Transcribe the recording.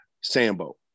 Sambo